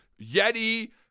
Yeti